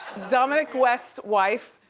dominic west's wife,